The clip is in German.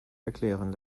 erklären